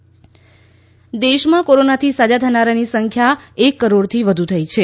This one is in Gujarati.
કોવિડ દેશમાં કોરોનાથી સાજા થનારની સંખ્યા એક કરોડથી વધુ થઇ છે